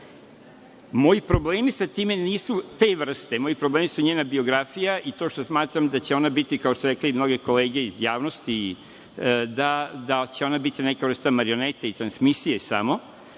Moji problemi nisu te vrste. Moji problemi su njena biografija i to što smatram da će ona biti, kao što su rekli i mnoge kolege iz javnosti, da će biti neka vrsta marionete i transmisije samo